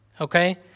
okay